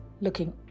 looking